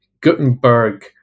Gutenberg